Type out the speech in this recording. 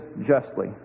justly